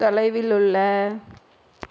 தொலைவில் உள்ள